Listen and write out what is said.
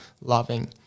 loving